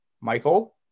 Michael